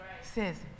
says